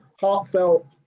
heartfelt